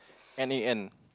N A N